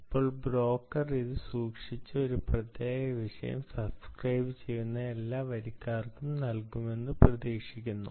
ഇപ്പോൾ ബ്രോക്കർ അത് സൂക്ഷിച്ച് ഈ പ്രത്യേക വിഷയം സബ്സ്ക്രൈബുചെയ്യുന്ന എല്ലാ വരിക്കാർക്കും നൽകുമെന്ന് പ്രതീക്ഷിക്കുന്നു